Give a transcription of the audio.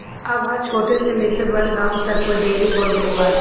अब हर छोट से लेके बड़ गांव तक में डेयरी खुल गईल बाटे